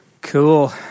Cool